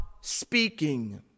speaking